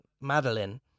Madeline